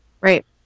right